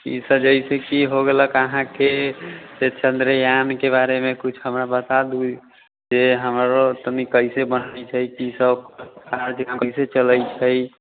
चीज सब जइसेकि हो गेलक अहाँके जे चन्द्रयानके बारेमे किछु हमरा बता दू जे हमरो तनी कइसे बनै छै कि सब काज यहाँ कइसे चलै छै